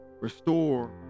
Restore